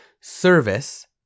service